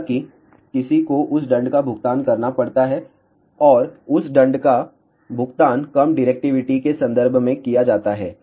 हालांकि किसी को उस दंड का भुगतान करना पड़ता है और उस दंड का भुगतान कम डिरेक्टिविटी के संदर्भ में किया जाता है